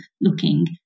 looking